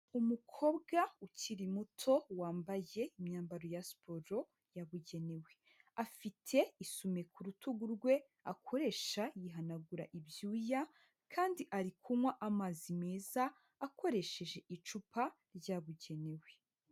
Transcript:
Umukobwa ukiri muto wambaye imyambaro ya siporo, yabugenewe. Afite isume ku rutugu rwe, akoresha yihanagura ibyuya, kandi ari kunwa amazi meza, akoresheje icupa ryabugenewe.